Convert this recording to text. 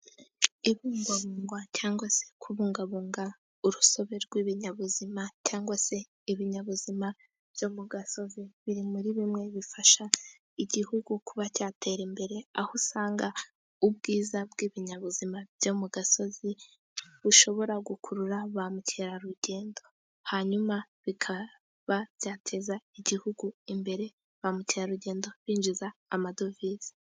Ibigingwa cyangwa se kubungabunga urusobe rw'ibinyabuzima cyangwa se ibinyabuzima byo mu gasozi biri muri bimwe bifasha igihugu kuba cyatera imbere, aho usanga ubwiza bw'ibinyabuzima byo mu gasozi bushobora gukurura ba mukerarugendo, hanyuma bikaba byateza igihugu imbere ba mukerarugendo binjiza amadovize.